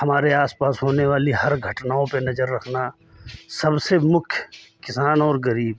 हमारे आसपास होने वाली हर घटनाओं पे नजर रखना सबसे मुख्य किसान और गरीब